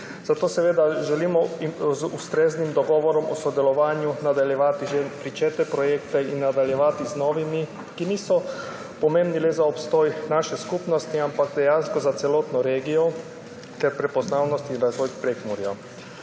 zato želimo z ustreznim dogovorom o sodelovanju nadaljevati že pričete projekte in nadaljevati z novimi, ki niso pomembni le za obstoj naše skupnosti, ampak dejansko tudi za celotno regijo ter prepoznavnost in razvoj Prekmurja.